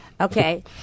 Okay